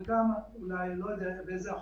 הבנק עדיין יכול היה לא לאשר אחרי שהגוף